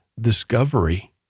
discovery